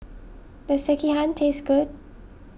does Sekihan taste good